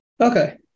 Okay